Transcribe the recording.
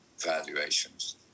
valuations